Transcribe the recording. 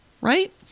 right